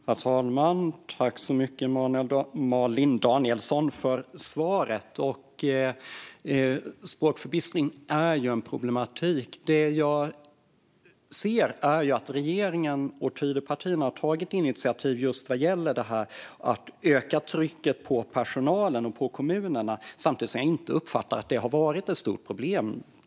Herr talman! Tack så mycket för svaret, Malin Danielsson! Språkförbistring är en problematik. Det jag ser är att regeringen och Tidöpartierna har tagit initiativ just vad gäller att öka trycket på personalen och på kommunerna, samtidigt som jag inte uppfattar att det har varit ett stort problem.